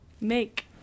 make